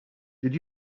did